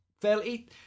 fairly